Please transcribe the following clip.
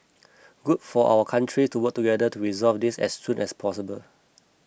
good for our countries to work together to resolve this as soon as possible